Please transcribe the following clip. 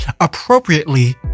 appropriately